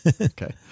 Okay